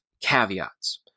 caveats